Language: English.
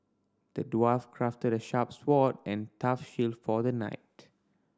the dwarf crafted the sharp sword and tough shield for the knight